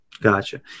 Gotcha